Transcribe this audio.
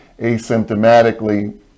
asymptomatically